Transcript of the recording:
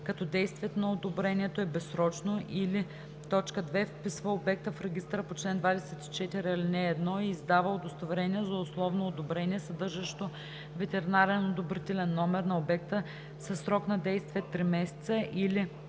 като действието на одобрението е безсрочно, или 2. вписва обекта в регистъра по чл. 24, ал. 1 и издава удостоверение за условно одобрение, съдържащо ветеринарен одобрителен номер на обекта, със срок на действие три месеца, или 3.